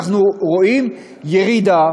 אנחנו רואים ירידה